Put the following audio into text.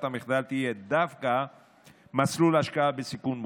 המחדל תהיה דווקא מסלול השקעה בסיכון מוגבר.